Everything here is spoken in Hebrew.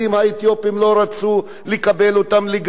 לא רצו לקבל אותם לגני-הילדים.